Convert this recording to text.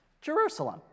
Jerusalem